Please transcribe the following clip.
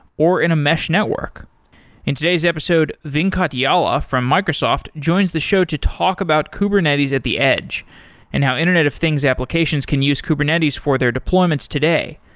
or in a mesh network in today's episode, venkat yalla from microsoft joins the show to talk about kubernetes at the edge and how internet of things applications can use kubernetes for their deployments today,